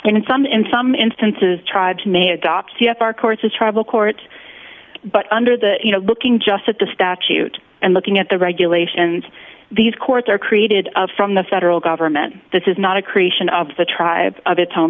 and some in some instances tribes may adopt c f r courts a tribal court but under the you know looking just at the statute and looking at the regulations these courts are created from the federal government this is not a creation of the tribe of its own